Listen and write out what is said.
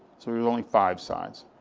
so there were only five sides.